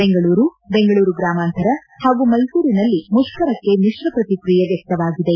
ಬೆಂಗಳೂರು ಬೆಂಗಳೂರು ಗ್ರಾಮಾಂತರ ಹಾಗೂ ಮೈಸೂರಿನಲ್ಲಿ ಮುತ್ತರಕ್ಷೆ ಮಿಶ್ರಪ್ರಕ್ರಿಯೆ ವ್ಯಕ್ತವಾಗಿದೆ